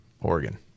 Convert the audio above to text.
Oregon